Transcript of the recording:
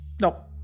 Nope